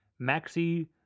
maxi